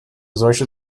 solche